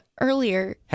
earlier